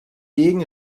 degen